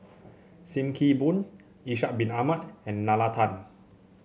Sim Kee Boon Ishak Bin Ahmad and Nalla Tan